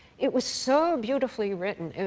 it was so beautifully written.